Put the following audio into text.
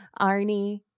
Arnie